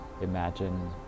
imagine